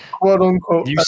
quote-unquote